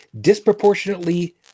disproportionately